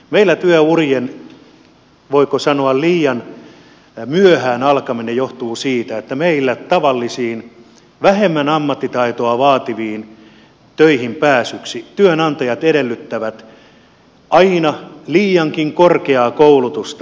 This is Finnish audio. meillä työurien voiko sanoa liian myöhään alkaminen johtuu siitä että meillä tavallisiin vähemmän ammattitaitoa vaativiin töihin pääsyksi työnantajat edellyttävät aina liiankin korkeaa koulutusta